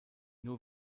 nur